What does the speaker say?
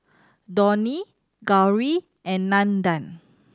Dhoni Gauri and Nandan